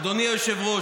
אדוני היושב-ראש,